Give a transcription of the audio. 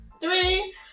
three